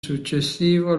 successivo